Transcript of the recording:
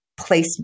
place